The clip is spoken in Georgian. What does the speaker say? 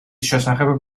შესახებ